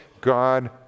God